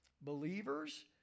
believers